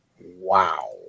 Wow